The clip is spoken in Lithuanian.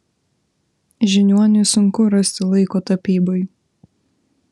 žiniuoniui sunku rasti laiko tapybai